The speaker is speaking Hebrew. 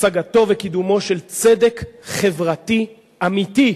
השגתו וקידומו של צדק חברתי אמיתי,